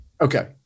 Okay